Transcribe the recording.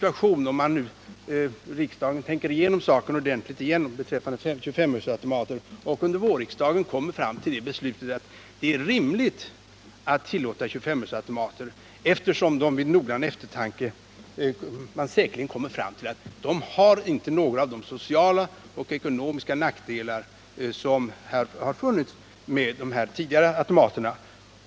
Om riksdagen tänker igenom saken ordentligt igen och under vårriksdagen fattar beslutet att det är rimligt att tillåta 2S-öresautomater hamnar vi i en besvärlig situation. Vid närmare eftertanke kommer man säkerligen fram till att 25-öresautomaterna inte har några av de sociala och ekonomiska nackdelar som funnits med de tidigare automaterna.